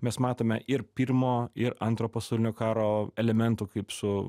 mes matome ir pirmo ir antro pasaulinio karo elementų kaip su